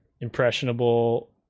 impressionable